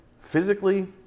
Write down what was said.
physically